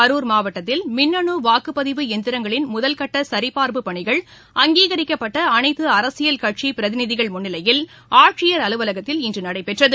கரூர் மாவட்டத்தில் மின்னணு வாக்குப்பதிவு இயந்திரங்களின் முதற்கட்ட சரிபார்ப்பு பணிகள் அங்கீகரிக்கப்பட்ட அனைத்து அரசியல் கட்சி பிரதிநிதிகள் முன்னிலையில் ஆட்சியர் அலுவலகத்தில் இன்று நடைபெற்றது